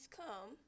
come